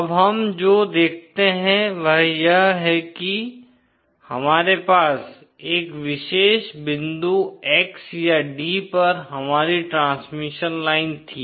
अब हम जो देखते हैं वह यह है कि हमारे पास एक विशेष बिंदु X या d पर हमारी ट्रांसमिशन लाइन थी